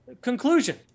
conclusion